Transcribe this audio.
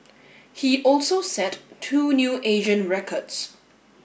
he also set two new Asian records